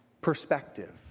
perspective